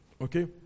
Okay